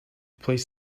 placed